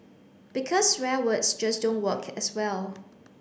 because swear words just don't work as well